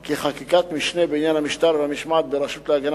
כי חקיקת משנה בעניין המשטר והמשמעת ברשות להגנה